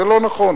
זה לא נכון.